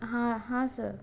हाँ हाँ सर